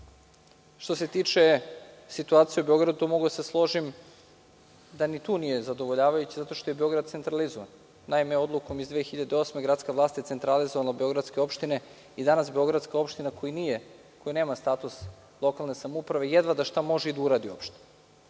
što se tiče situacije u Beogradu, mogu da se složim da ni tu nije zadovoljavajuća, zato što je Beograd centralizovan. Naime, Odlukom iz 2008. godine gradska vlast je centralizovala beogradske opštine i danas beogradska opština koja nema status lokalne samouprave jedva da šta može i da uradi uopšte.